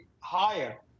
higher